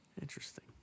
interesting